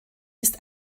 ist